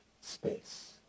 space